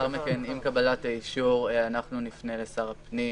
קבלת האישור, אנחנו נפנה לשר הפנים